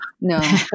no